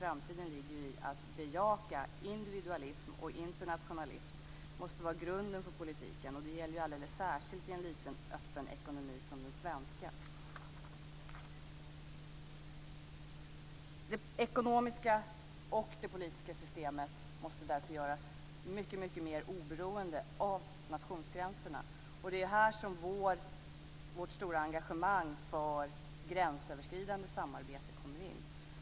Framtiden ligger i att bejaka individualism, och internationalism måste vara grunden för politiken. Det gäller alldeles särskilt i en liten, öppen ekonomi som den svenska. Det ekonomiska och politiska systemet måste därför göras mycket mer oberoende av nationsgränserna. Det är här vårt stora engagemang för gränsöverskridande samarbete kommer in.